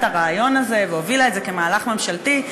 הרעיון הזה והובילה את זה כמהלך ממשלתי.